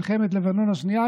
מלחמת לבנון השנייה,